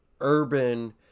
urban